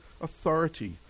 authority